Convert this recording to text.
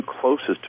closest